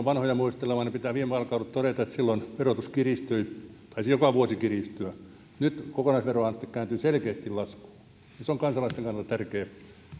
vanhoja muistelemaan niin pitää viime vaalikaudelta todeta että silloin verotus kiristyi taisi joka vuosi kiristyä nyt kokonaisveroaste kääntyy selkeästi laskuun ja se on kansalaisten kannalta tärkeä